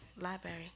library